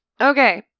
Okay